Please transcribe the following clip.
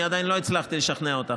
אני עדיין לא הצלחתי לשכנע אותך,